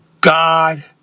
God